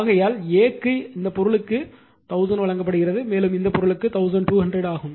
ஆகையால் A க்கு இந்த பொருளுக்கு 1000 வழங்கப்படுகிறது மேலும் இந்த பொருளுக்கு 1200 ஆகும்